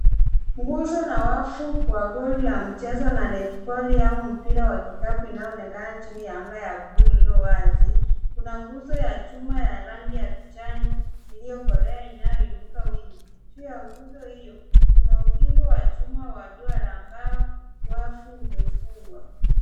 Nguzo na wafu wa goli la mcheza na netiboli au mpira wa kikapu inayo onekana chini ya anga ya buluu lililo wazi, kuna nguzo ya chuma rangi ya kijani iliyokolea inayo inuka wima. Juu ya nguzo hiyo kuna ukingo wa chuma wa duara ambao wafu umefungwa.